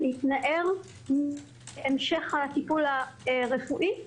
מהמשך הטיפול הרפואי.